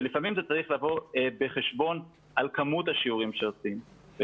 ולפעמים זה צריך לבוא בחשבון על כמות השיעורים שעושים.